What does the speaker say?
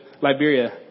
Liberia